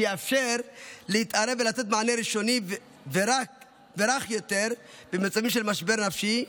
שיאפשר להתערב ולתת מענה ראשוני ורך יותר במצבים של משבר ראשי,